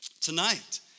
tonight